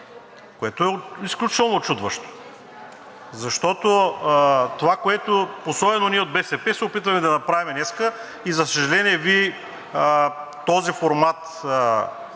което е изключително учудващо. Това, което особено ние от БСП се опитваме да направим днес, и за съжаление, Вие, този формат